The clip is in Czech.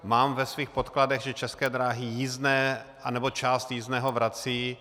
Mám ve svých podkladech, že České dráhy jízdné a nebo část jízdného vracejí.